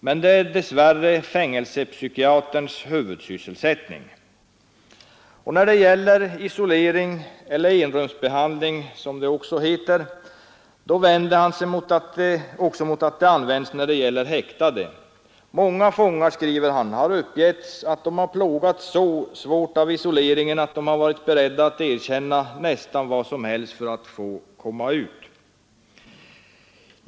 Men det är dess värre fängelsepsykiaterns huvudsysselsättning.” När det gäller isoleringen vänder han sig också mot att den används när det gäller häktade. Många fångar har uppgivit att de plågats så svårt av isoleringen att de har varit beredda att erkänna nästan vad som helst för att få komma ut.